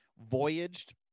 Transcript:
voyaged